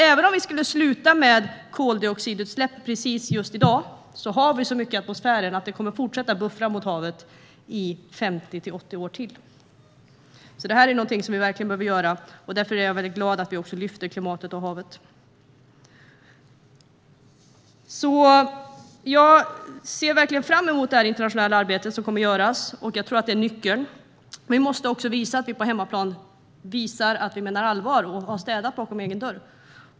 Även om vi skulle sluta med alla koldioxidutsläpp i dag har vi så mycket i atmosfären att det kommer att fortsätta att buffras i havet i 50-80 år till. Detta är alltså något vi verkligen behöver göra, och därför är jag glad att vi också lyfter upp klimatet och havet. Jag ser fram emot det internationella arbete som kommer att göras. Jag tror att det är nyckeln. Men vi måste också visa på hemmaplan att vi menar allvar och städar framför egen dörr.